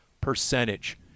percentage